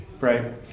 right